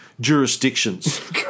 jurisdictions